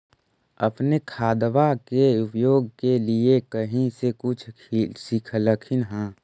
अपने खादबा के उपयोग के लीये कही से कुछ सिखलखिन हाँ?